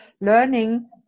learning